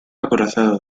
acorazado